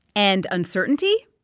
and uncertainty.